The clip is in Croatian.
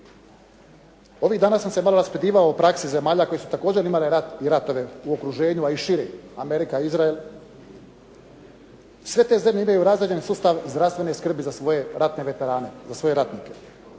Ovih dana sam se malo raspitivao o praksi zemalja koji su također imali rat i ratove u okruženju a i šire, Amerika, Izrael. Sve te zemlje imaju razrađeni sustav zdravstvene skrbi za svoje ratne veterane, za svoje ratnike.